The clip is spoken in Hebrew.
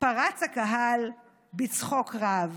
פרץ הקהל בצחוק רב.